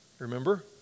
Remember